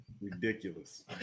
Ridiculous